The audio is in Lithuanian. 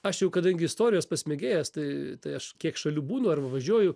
aš jau kadangi istorijos pats mėgėjas tai tai aš kiek šalių būnu arba važiuoju